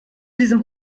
diesem